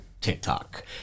TikTok